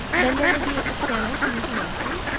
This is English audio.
then there would be a piano for you to work on,